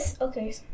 Okay